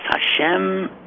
Hashem